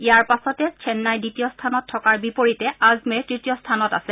ইয়াৰ পাছতে চেন্নাই দ্বিতীয় স্থানত থকাৰ বিপৰীতে আজমেৰ তৃতীয় স্থানত আছে